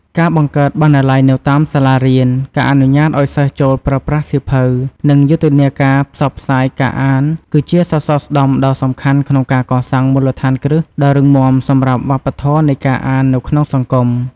ការបង្កើតបណ្ណាល័យនៅតាមសាលារៀន ការអនុញ្ញាតឱ្យសិស្សចូលប្រើប្រាស់សៀវភៅ និងយុទ្ធនាការផ្សព្វផ្សាយការអាន គឺជាសសរស្តម្ភដ៏សំខាន់ក្នុងការកសាងមូលដ្ឋានគ្រឹះដ៏រឹងមាំសម្រាប់វប្បធម៌នៃការអាននៅក្នុងសង្គម។